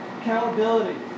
accountability